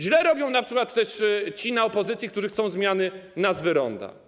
Źle robią np. też ci z opozycji, którzy chcą zmiany nazwy ronda.